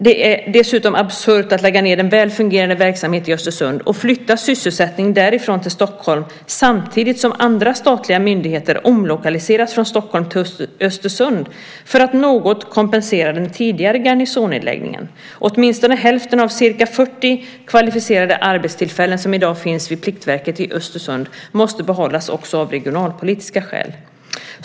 Det är dessutom absurt att lägga ned en väl fungerande verksamhet i Östersund och flytta sysselsättningen därifrån till Stockholm, samtidigt som andra statliga myndigheter omlokaliseras från Stockholm till Östersund för att något kompensera den tidigare garnisonnedläggningen. Åtminstone hälften av ca 40 kvalificerade arbetstillfällen som i dag finns vid Pliktverket i Östersund måste behållas också av regionalpolitiska skäl.